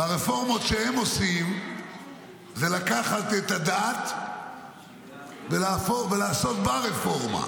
והרפורמות שהם עושים זה לקחת את הדת ולעשות בה רפורמה,